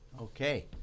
Okay